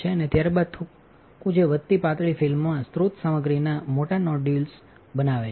અને ત્યારબાદ થૂંકવું જે વધતી પાતળાફિલ્મમાંસ્રોત સામગ્રીના મોટા નોડ્યુલ્સ બનાવે છે